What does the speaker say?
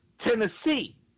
Tennessee